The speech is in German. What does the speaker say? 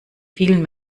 vielen